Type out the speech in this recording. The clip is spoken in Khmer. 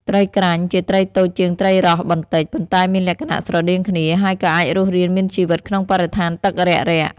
ត្រីក្រាញ់ ជាត្រីតូចជាងត្រីរស់បន្តិច ប៉ុន្តែមានលក្ខណៈស្រដៀងគ្នា ហើយក៏អាចរស់រានមានជីវិតក្នុងបរិស្ថានទឹករាក់ៗ។